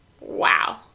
Wow